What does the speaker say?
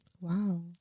Wow